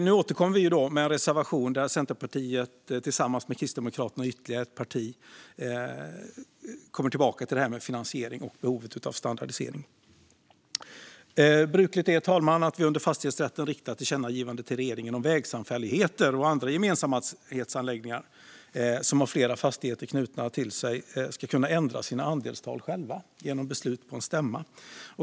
Nu återkommer vi med en reservation där Centerpartiet tillsammans med Kristdemokraterna och ytterligare ett parti kommer tillbaka till finansiering och behovet av standardisering. Brukligt är, fru talman, att vi under fastighetsrätten riktar tillkännagivande till regeringen om att vägsamfälligheter och andra gemensamhetsanläggningar som har flera fastigheter knutna till sig ska kunna ändra sina andelstal själva genom beslut på en stämma.